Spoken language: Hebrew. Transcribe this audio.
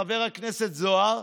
חבר הכנסת זוהר,